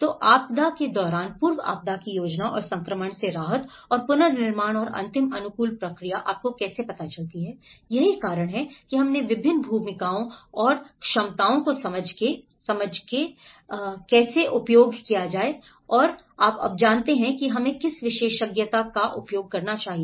तो आपदा के दौरान पूर्व आपदा की योजना और संक्रमण से राहत और पुनर्निर्माण और अंतिम अनुकूलन प्रक्रिया आपको कैसे पता चलती है यही कारण है कि हमने विभिन्न भूमिकाओं और क्षमताओं को समझा है और कैसे उपयोग करें और जब आप जानते हैं तो हमें किस विशेषज्ञता का उपयोग करना चाहिए